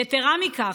יתרה מכך,